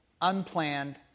unplanned